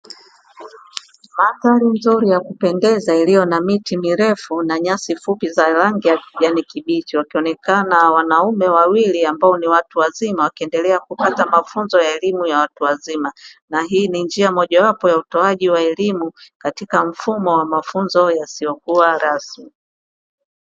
Mandhari nzuri ya kupendeza iliyo na miti mirefu na nyasi fupi za rangi ya kijani kibichi wakionekana wanaume wawili ambao ni watu wazima, wakiendelea kupata mafunzo ya elimu ya watu wazima na hii ni njia moja wapo ya utoaji wa elimu katika mfumo wa mafunzo yasiyokuwa rasmi.